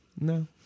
No